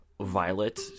Violet